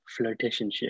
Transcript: flirtationship